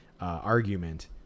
argument